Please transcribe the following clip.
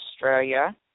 Australia